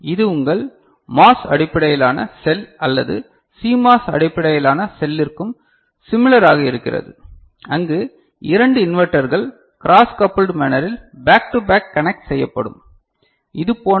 இது உங்கள் MOS அடிப்படையிலான செல் அல்லது CMOS அடிப்படையிலான செல்லிற்கும் சிமிலராக இருக்கிறது அங்கு 2 இன்வெர்ட்டர்கள் க்ராஸ் கபுல்ட் மேனரில் பேக் டு பேக் கனக்ட் செய்யப்படும இது போன்று